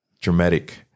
dramatic